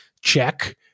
Check